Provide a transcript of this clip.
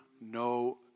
no